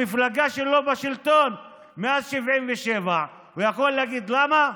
המפלגה שלו בשלטון מאז 77'. הוא יכול להגיד למה?